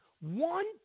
one